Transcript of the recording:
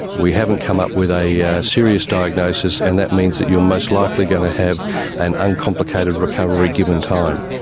we haven't come up with a yeah serious diagnosis and that means that you are most likely are going to have an uncomplicated recovery, given time.